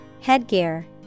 Headgear